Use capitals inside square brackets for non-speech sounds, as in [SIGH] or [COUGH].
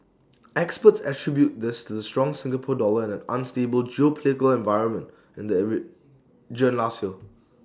experts attribute this to the strong Singapore dollar and an unstable geopolitical environment in the [HESITATION] region last year